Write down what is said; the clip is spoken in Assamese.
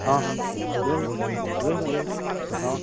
অঁ লৈ আহিবা লৈ আহিবা লৈ আহিবা অঁ